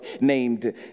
named